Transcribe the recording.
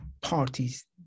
parties